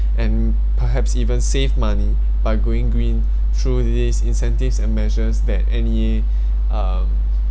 and perhaps even save money by going green through these incentives and measures that N_E_A um